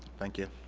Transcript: thank you